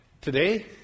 Today